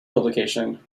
publication